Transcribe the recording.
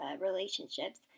relationships